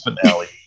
finale